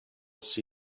seen